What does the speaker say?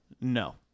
No